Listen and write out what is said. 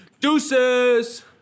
Deuces